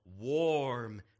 warm